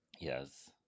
Yes